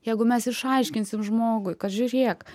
jeigu mes išaiškinsim žmogui kad žiūrėk